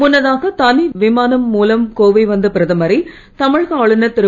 முன்னதாக தனி விமானம் மூலம் கோவை வந்த பிரதமரை தமிழக ஆளுனர் திரு